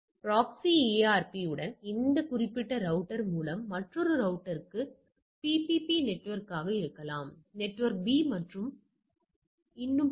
proxy ARP உடன் இந்த குறிப்பிட்ட ரௌட்டர் மூலம் மற்றொரு நெட்வொர்க் பிபிபி நெட்வொர்க்காக இருக்கலாம் நெட்வொர்க் B மற்றும் பல